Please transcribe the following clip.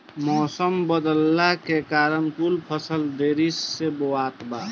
मउसम बदलला के कारण कुल फसल देरी से बोवात बा